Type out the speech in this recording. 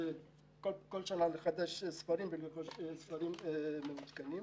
כל שנה לחדש ספרים ולרכוש ספרים מעודכנים.